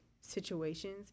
situations